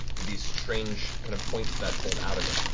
with these strange kind of points that fold out of it.